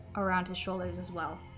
around his shoulders as well